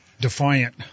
Defiant